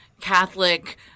Catholic